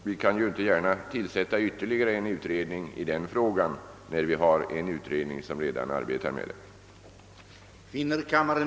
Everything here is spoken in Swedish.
Vi kan inte gärna tillsätta ytterligare en utredning i denna fråga när en utredning redan arbetar med den.